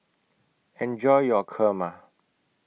eenjoy your Kurma